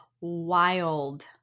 wild